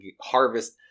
harvest